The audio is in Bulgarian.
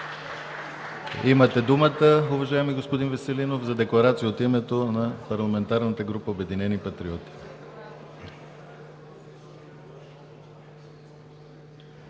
Имате думата, уважаеми господин Веселинов, за декларация от името на парламентарната група на „Обединени патриоти“.